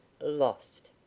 lost